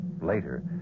later